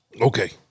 Okay